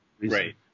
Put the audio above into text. Right